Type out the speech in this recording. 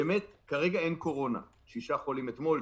כרגע אין קורונה שישה חולים אתמול,